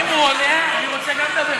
אם הוא עונה, גם אני רוצה לדבר.